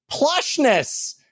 plushness